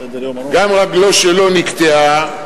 גם רגלו שלו נקטעה,